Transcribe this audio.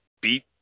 beat